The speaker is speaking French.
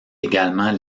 également